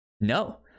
No